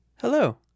Hello